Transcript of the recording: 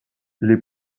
les